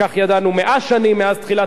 כך ידענו שלושת אלפים שנה.